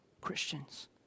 Christians